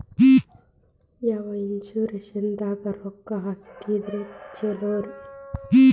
ಯಾವ ಇನ್ಶೂರೆನ್ಸ್ ದಾಗ ರೊಕ್ಕ ಹಾಕಿದ್ರ ಛಲೋರಿ?